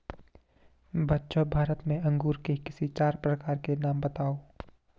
बच्चों भारत में अंगूर के किसी चार प्रकार के नाम बताओ?